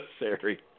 necessary